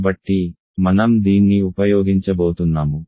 కాబట్టి మనం దీన్ని ఉపయోగించబోతున్నాము